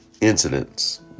Incidents